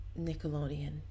Nickelodeon